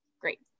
great